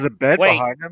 Wait